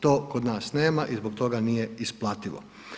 To kod nas nema i zbog toga nije isplativo.